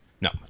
No